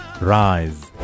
rise